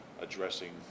addressing